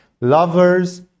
Lovers